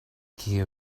key